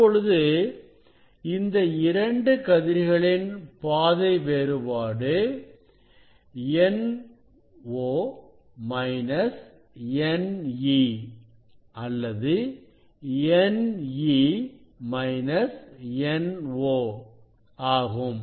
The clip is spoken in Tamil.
இப்பொழுது இந்த இரண்டு கதிர்களின் பாதை வேறுபாடு அல்லது ஆகும்